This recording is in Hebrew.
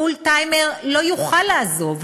פול-טיימר לא יוכל לעזוב,